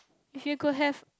if you could have